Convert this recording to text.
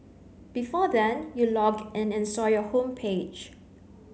before then you logged in and saw your homepage